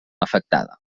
afectada